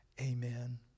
Amen